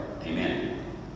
Amen